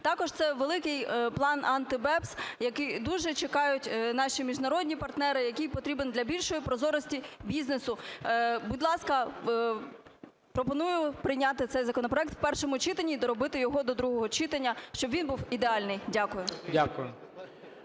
Також це великий план AntiBEPS, який дуже чекають наші міжнародні партнери, який потрібен для більшої прозорості бізнесу. Будь ласка, пропоную прийняти цей законопроект у першому читанні і доробити його до другого читання, щоб він був ідеальний. Дякую.